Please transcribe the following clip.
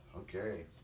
Okay